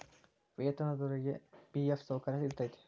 ವೇತನದೊರಿಗಿ ಫಿ.ಎಫ್ ಸೌಕರ್ಯ ಇರತೈತಿ